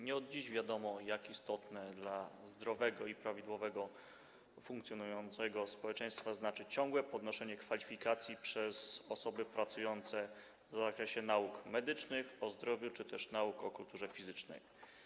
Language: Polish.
Nie od dziś wiadomo, jak istotne dla zdrowego i prawidłowo funkcjonującego społeczeństwa jest ciągłe podnoszenie kwalifikacji przez osoby pracujące w zakresie nauk medycznych, o zdrowiu czy też nauk o kulturze fizycznej.